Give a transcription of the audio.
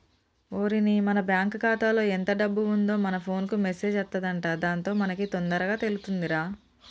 ఓరిని మన బ్యాంకు ఖాతాలో ఎంత డబ్బు ఉందో మన ఫోన్ కు మెసేజ్ అత్తదంట దాంతో మనకి తొందరగా తెలుతుందిరా